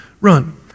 run